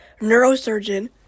Neurosurgeon